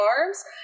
arms